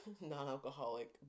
non-alcoholic